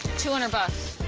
two hundred bucks.